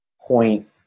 point